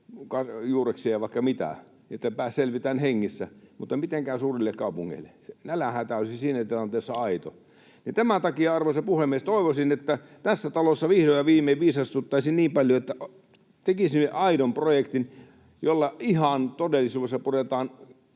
juureksia ja vaikka mitä niin, että selvitään hengissä, mutta miten käy suurille kaupungeille? Se nälänhätä olisi siinä tilanteessa aito. Tämän takia, arvoisa puhemies, toivoisin, että tässä talossa vihdoin ja viimein viisastuttaisiin niin paljon, että tekisimme aidon projektin, jolla ihan todellisuudessa puretaan